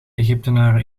egyptenaren